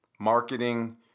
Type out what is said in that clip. Marketing